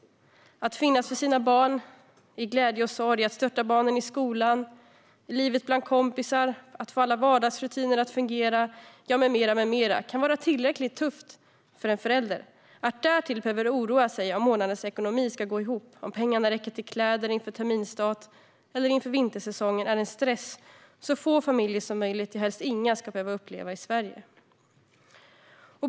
Att finnas för sina barn i glädje och sorg, att stötta barnen i skolan och i livet bland kompisar, att få alla vardagsrutiner att fungera med mera - det kan vara tillräckligt tufft för en förälder. Att därtill behöva oroa sig för om månadens ekonomi ska gå ihop eller om pengarna räcker till kläder inför terminsstarten eller inför vintersäsongen är en stress som så få familjer som möjligt - och helst inga - ska behöva uppleva i Sverige.